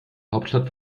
hauptstadt